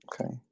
Okay